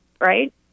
right